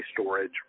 storage